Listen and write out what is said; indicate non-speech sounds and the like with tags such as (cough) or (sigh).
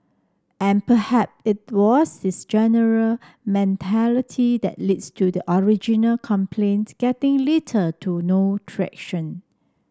and (unintelligible) it was this general mentality that leads to the original complaints getting litter to no traction